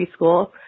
preschool